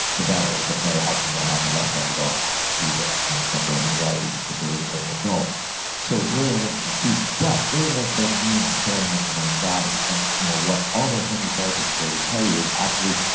the better the better outcome they'll have, the less likely they'll be to you know suffer anxiety disorders as an adult so early interventions to keep, but early intervention doesn't mean sparing them from anxiety. and you know what almost any therapist today would tell you is actually,